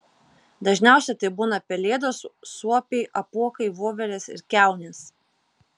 dažniausia tai būna pelėdos suopiai apuokai voverės ir kiaunės